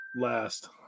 last